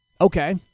Okay